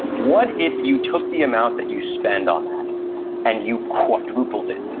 what if you took the amount that you spend on that and you quadrupled it?